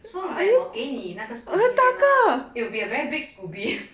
so when 我给你那个 scoby 对吗 it'll be a very big scoby